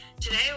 Today